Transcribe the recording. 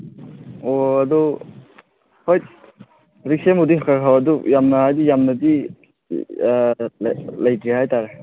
ꯑꯣ ꯑꯗꯣ ꯍꯣꯏ ꯍꯧꯖꯤꯛ ꯁꯦꯝꯕꯕꯨꯗꯤ ꯈꯔ ꯈꯔ ꯑꯗꯨ ꯌꯥꯝꯅ ꯍꯥꯏꯕꯗꯤ ꯌꯥꯝꯅꯗꯤ ꯂꯩꯇꯦ ꯍꯥꯏꯕ ꯇꯥꯔꯦ